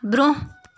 برٛونٛہہ